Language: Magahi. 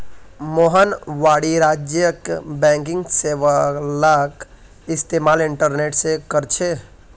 मोहन वाणिज्यिक बैंकिंग सेवालाक इस्तेमाल इंटरनेट से करछे